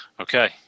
Okay